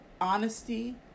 honesty